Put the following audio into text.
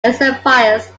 exemplifies